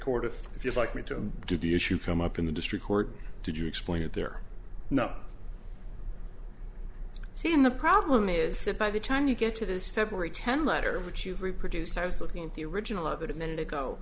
court of if you'd like me to do the issue come up in the district court did you explain that they're not seeing the problem is that by the time you get to this february ten letter which you've reproduced i was looking at the original of it a minute ago